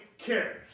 Cares